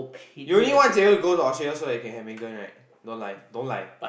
you only want Xavier to go to Australia so you can have Megan right don't lie don't lie